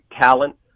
talent